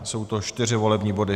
Jsou to čtyři volební body.